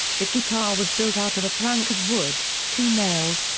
the guitar was built out of a plank of wood, two nails,